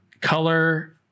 color